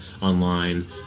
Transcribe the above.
online